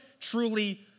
truly